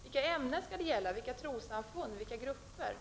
Vilka ämnen och vilka trossamfund skall denna befrielse gälla?